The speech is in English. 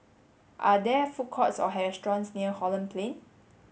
are there food courts or restaurants near Holland Plain